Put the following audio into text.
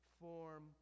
form